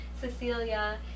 cecilia